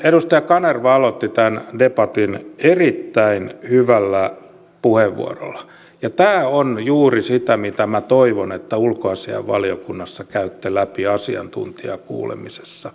edustaja kanerva aloitti tämän debatin erittäin hyvällä puheenvuorolla ja tämä on juuri sitä mitä minä toivon että ulkoasiainvaliokunnassa käytte läpi asiantuntijakuulemisessa